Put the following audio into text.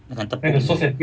dengan tepung